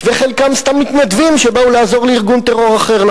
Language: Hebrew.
וחלקם סתם מתנדבים שבאו לעזור לארגון טרור אחר,